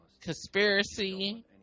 Conspiracy